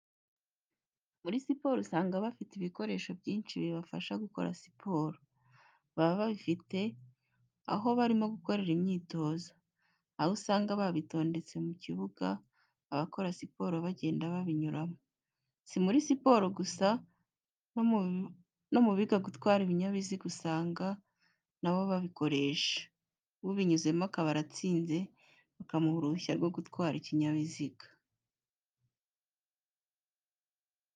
Muri siporo usanga bafite ibikoresho byinshi bibafasha gukora siporo, baba babifite aho barimo gukorera imyitozo, aho usanga babitondetse mu kibuga abakora siporo bagenda babinyuramo. Si muri siporo gusa no mu biga gutwara inyabiziga usanga na bo babikoresha, ubinyuzemo akaba aratsinze bakamuha uruhushya rwo gutwara ikinyabiziga.